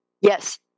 Yes